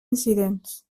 incidents